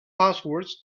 passwords